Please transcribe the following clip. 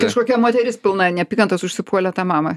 kažkokia moteris pilna neapykantos užsipuolė tą mamą